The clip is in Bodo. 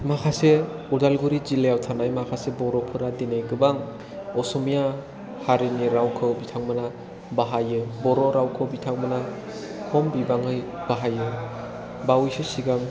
माखासे उदालगुरि जिल्लायाव थानाय माखासे बर'फोरा दिनै गोबां अस'मिया हारिनि रावखौ बिथांमोना बाहायो बर' रावखौ बिथांमोना खम बिबाङै बाहायो बावैसो सिगां